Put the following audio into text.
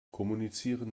kommunizieren